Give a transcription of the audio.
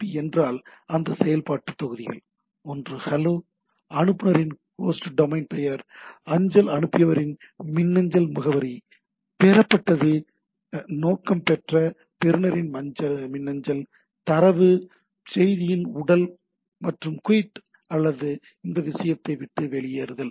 B என்றால் அந்த செயல்பாட்டு தொகுதிகள் ஒன்று ஹலோ அனுப்புநரின் ஹோஸ்ட் டொமைன் பெயர் அஞ்சல் அனுப்பியவரின் மின்னஞ்சல் முகவரி பெறப்பட்டது நோக்கம் பெற்ற பெறுநரின் மின்னஞ்சல் தரவு செய்தியின் உடல் மற்றும் குய்ட் அல்லது இந்த விஷயத்தை விட்டு வெளியேறுதல்